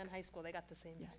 in high school they got the same